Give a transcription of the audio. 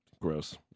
Gross